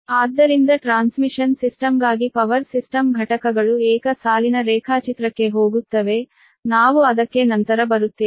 ಆದ್ದರಿಂದ ಟ್ರಾನ್ಸ್ಮಿಷನ್ ಸಿಸ್ಟಮ್ಗಾಗಿ power system ಘಟಕಗಳು ಏಕ ಸಾಲಿನ ರೇಖಾಚಿತ್ರಕ್ಕೆ ಹೋಗುತ್ತವೆ ನಾವು ಅದನ್ನು ನಂತರ ಬರುತ್ತೇವೆ